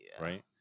right